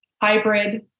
hybrid